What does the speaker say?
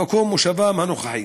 למקום מושבם הנוכחי.